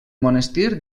monestir